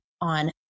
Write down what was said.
on